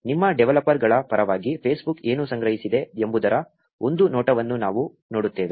ನಿಮ್ಮ ಡೆವಲಪರ್ಗಳ ಪರವಾಗಿ ಫೇಸ್ಬುಕ್ ಏನು ಸಂಗ್ರಹಿಸಿದೆ ಎಂಬುದರ ಒಂದು ನೋಟವನ್ನು ನಾವು ನೋಡುತ್ತೇವೆ